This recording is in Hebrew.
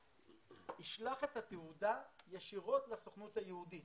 ישלח את התעודה ישירות לסוכנות היהודית